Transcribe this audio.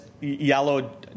yellow